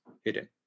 hidden